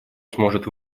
сможет